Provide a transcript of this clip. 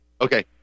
Okay